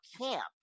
camp